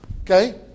Okay